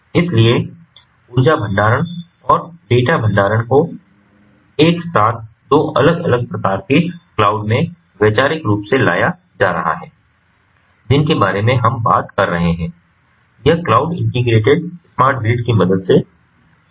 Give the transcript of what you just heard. इसलिए ऊर्जा भंडारण और डेटा भंडारण को एक साथ 2 अलग अलग प्रकार के क्लाउड में वैचारिक रूप से लाया जा रहा है जिनके बारे में हम बात कर रहे हैं यह क्लाउड इंटीग्रेटेड स्मार्ट ग्रिड की मदद से संभव है